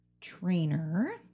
trainer